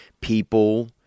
people